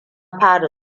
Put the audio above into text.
fara